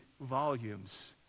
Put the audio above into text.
volumes